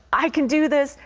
i can do this.